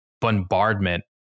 bombardment